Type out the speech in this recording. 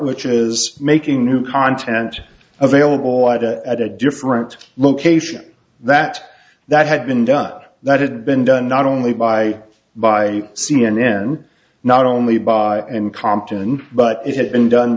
which is making new content available at a different location that that had been done that had been done not only by by c n n not only by in compton but it had been done